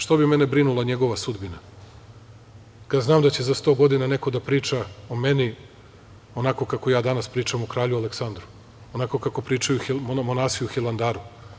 Što bi mene brinula njegova sudbina, kad znam da će za 100 godina neko da priča o meni onako kako ja danas pričam o kralju Aleksandru, onako kako pričaju monasi u Hilandaru.